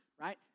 right